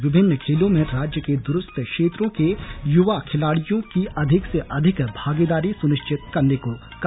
विभिन्न खेलों में राज्य के दूरस्थ क्षेत्रों के युवा खिलाड़ियों की अधिक से अधिक भागेदारी सुनिर्चत करने को कहा